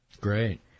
Great